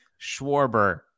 schwarber